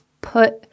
put